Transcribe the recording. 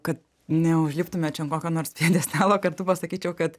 kad neužliptume čia ant kokio nors pjedestalo kartu pasakyčiau kad